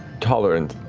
tolerant